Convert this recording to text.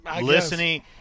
listening